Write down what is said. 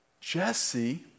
Jesse